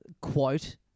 quote